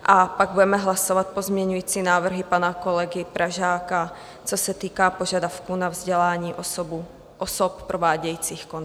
A pak budeme hlasovat pozměňující návrhy pana kolegy Pražáka, co se týká požadavků na vzdělání osob provádějících kontroly.